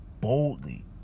boldly